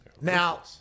Now